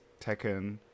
Tekken